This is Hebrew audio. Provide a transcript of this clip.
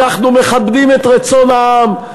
אנחנו מכבדים את רצון העם,